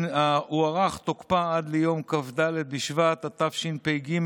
הוארך תוקפה עד ליום כ"ד בשבט התשפ"ג,